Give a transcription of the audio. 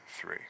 three